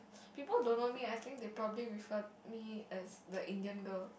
people don't know me I think they probably refer me as the Indian girl